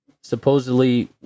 supposedly